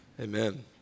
Amen